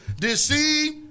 Deceive